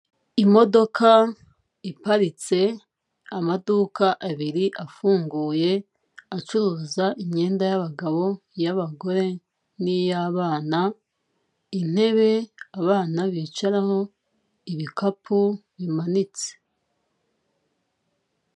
Imodoka iparitse, amaduka abiri afunguye, acuruza imyenda y'abagabo, iy'abagore n'iy'abana, intebe abana bicaraho, ibikapu bimanitse.